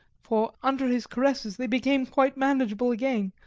for under his caresses they became quite manageable again,